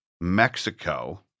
Mexico